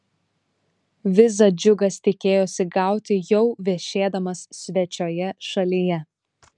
vizą džiugas tikėjosi gauti jau viešėdamas svečioje šalyje